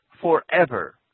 forever